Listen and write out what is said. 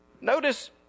Notice